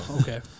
Okay